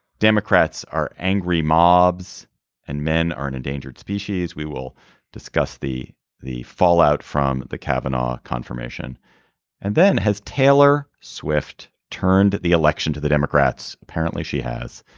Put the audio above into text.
democrats are angry mobs and men are an endangered species. we will discuss the the fallout from the cabinet confirmation and then has taylor swift turned the election to the democrats. apparently she has.